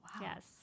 Yes